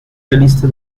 realista